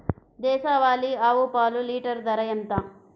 దేశవాలీ ఆవు పాలు లీటరు ధర ఎంత?